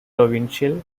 provincial